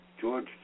George